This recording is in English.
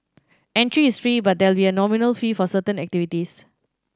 entry is free but there will be a nominal fee for certain activities